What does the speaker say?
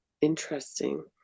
Interesting